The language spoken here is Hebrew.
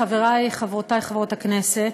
חברי, חברותי, חברות הכנסת,